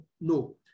No